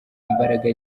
imbaraga